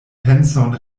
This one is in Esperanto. penson